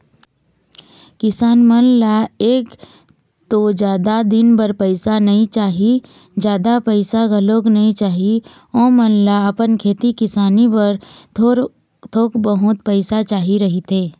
किसान मन ल एक तो जादा दिन बर पइसा नइ चाही, जादा पइसा घलोक नइ चाही, ओमन ल अपन खेती किसानी बर थोक बहुत पइसा चाही रहिथे